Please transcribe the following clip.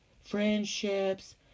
friendships